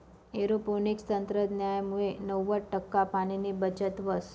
aeroponics तंत्रज्ञानमुये नव्वद टक्का पाणीनी बचत व्हस